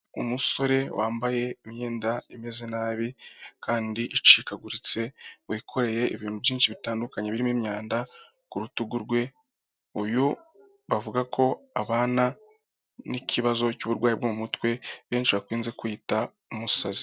Umusore wambaye imyenda imeze nabi kandi icikaguritse, wikoreye ibintu byinshi bitandukanye birimo imyanda ku rutugu rwe, uyu bavuga ko abana n'ikibazo cy'uburwayi mu mutwe, benshi bakunze kwita umusazi.